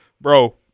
Bro